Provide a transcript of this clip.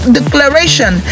declaration